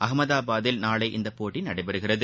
அகமதாபாதில் நாளை இப்போட்டி நடைபெறுகிறது